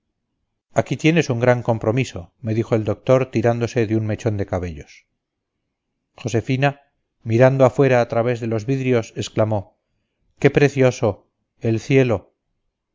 aquí tienes un gran compromiso me dijo el doctor tirándose de un mechón de cabellos josefina mirando afuera al través de los vidrios exclamó qué precioso el cielo